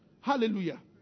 Hallelujah